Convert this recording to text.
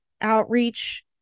outreach